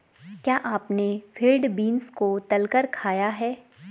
क्या आपने field beans को तलकर खाया है?